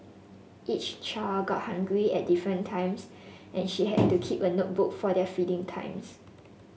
each child got hungry at different times and she had to keep a notebook for their feeding times